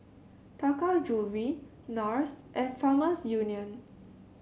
Taka Jewelry NARS and Farmers Union